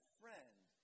friend